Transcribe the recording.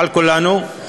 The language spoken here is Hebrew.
כולנו,